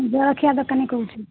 ଜଳଖିଆ ଦୋକାନୀ କହୁଛି